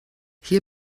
hier